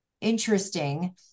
interesting